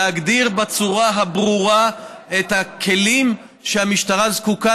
להגדיר בצורה ברורה את הכלים שהמשטרה זקוקה